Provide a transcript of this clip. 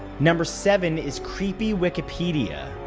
number seven is creepy wikipedia.